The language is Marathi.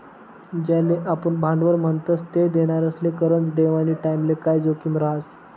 ज्याले आपुन भांडवल म्हणतस ते देनारासले करजं देवानी टाईमले काय जोखीम रहास